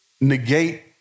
negate